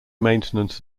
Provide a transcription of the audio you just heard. maintenance